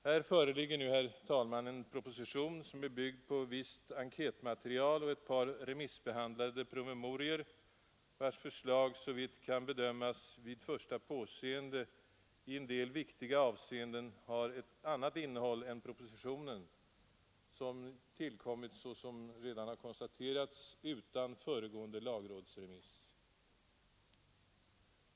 Här föreligger nu en proposition, som är byggd på visst enkätmaterial och ett par remissbehandlade promemorior, vilkas förslag såvitt kan bedömas vid det första påseendet i en del viktiga avseenden har ett annat innehåll än propositionen. Propositionen har tillkommit, såsom redan konstaterats, utan föregående lagrådsremiss.